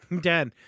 Dad